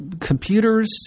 Computers